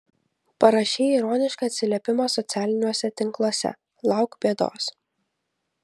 parašei ironišką atsiliepimą socialiniuose tinkluose lauk bėdos